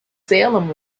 salem